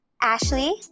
Ashley